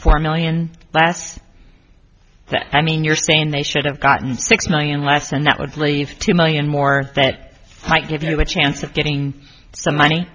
for million last i mean you're saying they should have gotten six million last and that would leave two million more that might give you a chance of getting some money